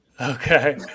Okay